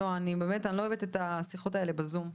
אני לא אוהבת את השיחות הללו בזום.